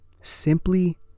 Simply